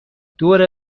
دور